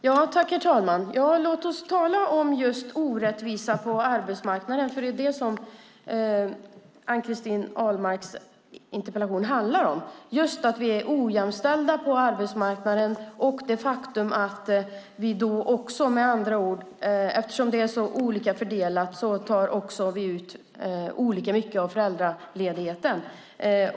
Herr talman! Låt oss tala om just orättvisa på arbetsmarknaden. Det är det som Ann-Christin Ahlbergs interpellation handlar om. Det är att vi är ojämställda på arbetsmarknaden och det faktum att vi då eftersom det är så olika fördelat tar ut olika mycket av föräldraledigheten.